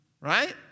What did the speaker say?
Right